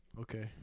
Okay